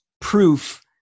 proof